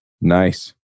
Nice